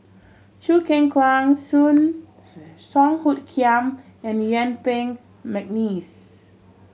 Choo Keng Kwang Soon Song Hoot Kiam and Yuen Peng McNeice